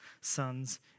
sons